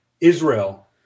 israel